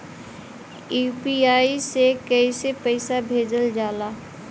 UPI से कइसे पैसा भेजल जाला?